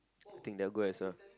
I think that good as well